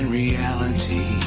reality